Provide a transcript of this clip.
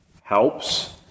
helps